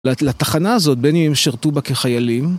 לתחנה הזאת, בין אם הם שרתו בה כחיילים...